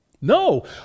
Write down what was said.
No